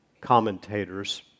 Commentators